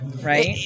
right